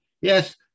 Yes